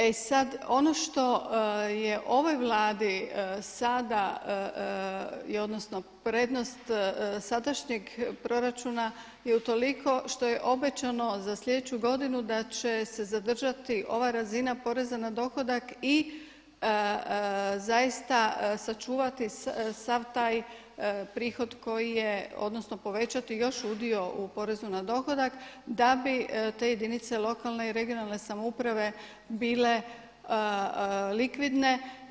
E sad, ono što je ovoj Vladi sada je odnosno prednost sadašnjeg proračuna je utoliko što je obećano za slijedeću godinu da će se zadržati ova razina porezna na dohodak i zaista sačuvati sav taj prihod koji je, odnosno povećati još udio u porezu na dohodak da bi te jedinice lokalne i regionalne samouprave bile likvidne.